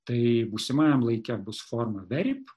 tai būsimajam laike bus formą veryp